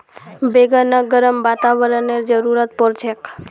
बैगनक गर्म वातावरनेर जरुरत पोर छेक